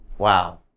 Wow